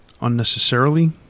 unnecessarily